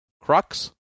Crux